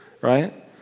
right